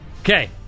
Okay